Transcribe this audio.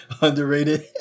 underrated